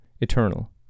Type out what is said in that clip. eternal